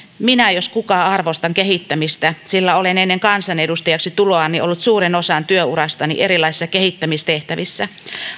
minä jos kuka arvostan kehittämistä sillä olen ennen kansanedustajaksi tuloani ollut suuren osan työurastani erilaisissa kehittämistehtävissä